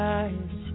eyes